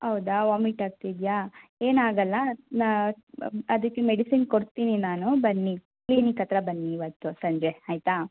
ಹೌದಾ ವಾಮಿಟ್ ಆಗ್ತಿದೆಯಾ ಏನಾಗಲ್ಲ ನಾ ಅದಕ್ಕೆ ಮೆಡಿಸಿನ್ ಕೊಡ್ತೀನಿ ನಾನು ಬನ್ನಿ ಕ್ಲಿನಿಕ್ ಹತ್ರ ಬನ್ನಿ ಇವತ್ತು ಸಂಜೆ ಆಯಿತಾ